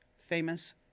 famous